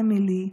אמילי,